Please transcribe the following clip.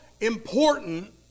important